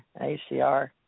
ACR